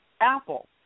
Apple